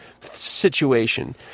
situation